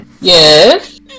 Yes